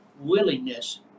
willingness